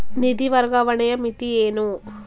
ನಿಧಿ ವರ್ಗಾವಣೆಯ ಮಿತಿ ಏನು?